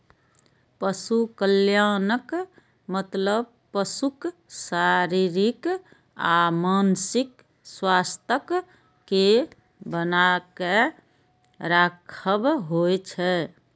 पशु कल्याणक मतलब पशुक शारीरिक आ मानसिक स्वास्थ्यक कें बनाके राखब होइ छै